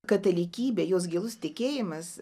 katalikybė jos gilus tikėjimas